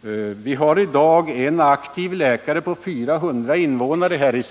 vi här i Sverige i dag har en aktiv läkare på 400 invånare.